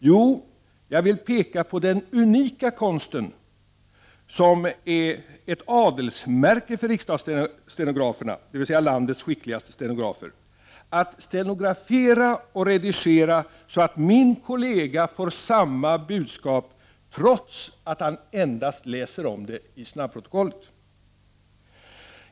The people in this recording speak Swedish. Jo, jag vill peka på den unika konsten, som är ett adelsmärke för riksdagsstenograferna, dvs. landets skickligaste stenografer, att stenografera och redigera så att min kollega får samma budskap, trots att han endast läser om det i snabbprotokollet.